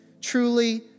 truly